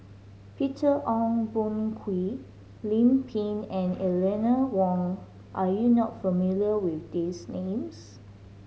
Peter Ong Boon Kwee Lim Pin and Eleanor Wong are you not familiar with these names